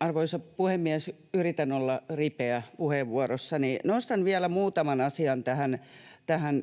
Arvoisa puhemies! Yritän olla ripeä puheenvuorossani. Nostan vielä muutaman asian